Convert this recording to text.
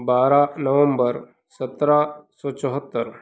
बारह नवम्बर सत्रह सौ चौहत्तर